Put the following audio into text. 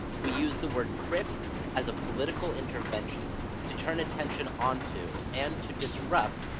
we use the word crip as a political intervention to turn attention onto and to disrupt,